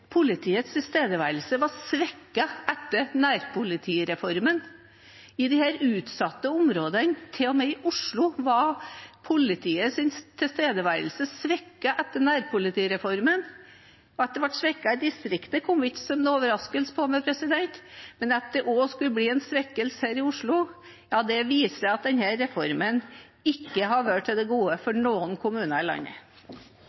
politiets tilstedeværelse var svekket etter nærpolitireformen. I disse utsatte områdene, til og med i Oslo, var politiets tilstedeværelse svekket etter nærpolitireformen. At den var svekket i distriktene, kom ikke som noen overraskelse på meg, men at det også skulle bli en svekkelse her i Oslo, viser at denne reformen ikke har vært til det gode